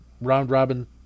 round-robin